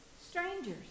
strangers